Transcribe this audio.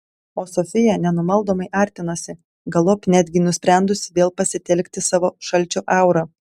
o sofija nenumaldomai artinosi galop netgi nusprendusi vėl pasitelkti savo šalčio aurą